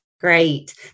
Great